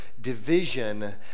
division